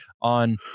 on